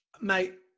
Mate